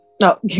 No